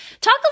Talk